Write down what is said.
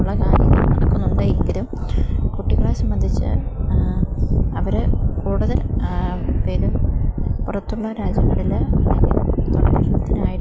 ഉള്ള കാര്യങ്ങൾ നടുക്കുന്നുണ്ട് എങ്കിലും കുട്ടികളെ സംബന്ധിച്ച് അവർ കൂടുതൽ പേരും പുറത്തുള്ള രാജ്യങ്ങളിൽ തുടർ പഠനത്തിനായിട്ട്